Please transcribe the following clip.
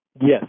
Yes